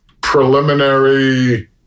preliminary